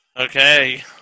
Okay